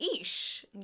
ish